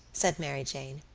said mary jane.